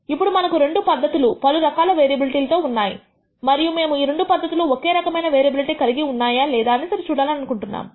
ఇప్పుడు మనకు రెండు పద్ధతులు పలు రకాల వేరియబిలిటీ తో ఉన్నాయి మరియు మేము ఈ రెండు పద్ధతులు ఒకే రకమైన వేరియబిలిటీ కలిగి ఉన్నాయా లేదా అని సరి చూడాలి అనుకుంటున్నాము